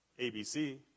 ABC